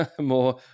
more